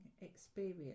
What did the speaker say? experience